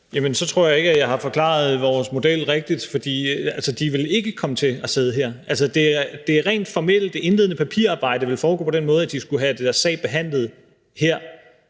Jamen så tror jeg ikke, at jeg har forklaret vores model rigtigt. De vil ikke komme til at sidde her, altså, det rent formelle, det indledende papirarbejde, vil foregå på den måde, at de vil skulle have deres sag behandlet her,